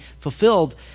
fulfilled